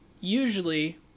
usually